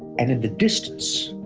and in the distance,